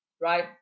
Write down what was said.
right